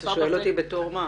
אתה שואל אותי בתור מה?